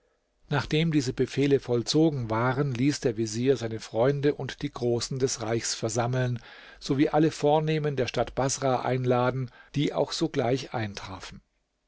nachdem diese befehle vollzogen waren ließ der vezier seine freunde und die großen des reichs versammeln sowie alle vornehmen der stadt baßrah einladen die auch sogleich eintrafen